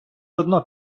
одно